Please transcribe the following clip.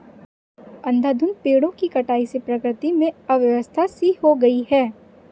अंधाधुंध पेड़ों की कटाई से प्रकृति में अव्यवस्था सी हो गई है